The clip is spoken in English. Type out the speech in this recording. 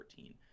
2014